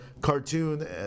cartoon